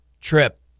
trip